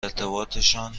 ارتباطشان